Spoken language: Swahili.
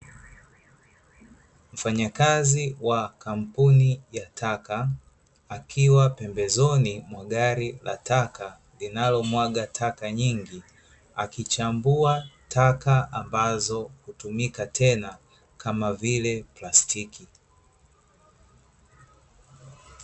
Mfanyakazi wa kampuni ya taka, akiwa pembezoni mwa gari la taka linalomwaga taka nyingi. Akichambua taka ambazo hutumika tena kama vile plastiki.